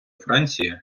франції